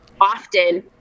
Often